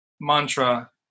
mantra